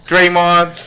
Draymond